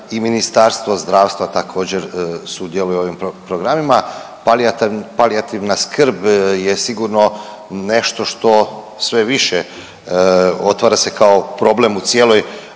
i Ministarstvo zdravstva također sudjeluje u ovim programima. Palijativna skrb je sigurno nešto što sve više otvara se kao problem u cijeloj